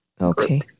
Okay